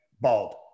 bald